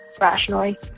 rationally